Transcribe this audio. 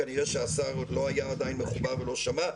כנראה שהשר עוד לא היה מחובר ולא שמע,